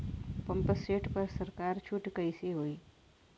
Pump set पर सरकार छूट कईसे होई?